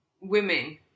women